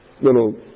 little